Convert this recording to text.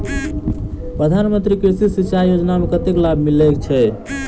प्रधान मंत्री कृषि सिंचाई योजना मे कतेक लाभ मिलय छै?